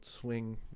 swing